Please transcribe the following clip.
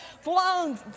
flown